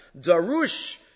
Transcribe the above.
Darush